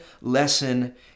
lesson